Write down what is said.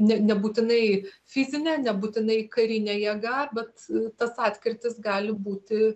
ne nebūtinai fizinė nebūtinai karinė jėga bet tas atkirtis gali būti